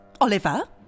Oliver